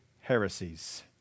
heresies